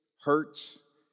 hurts